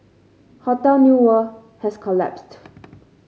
Hotel New World has collapsed